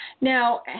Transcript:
Now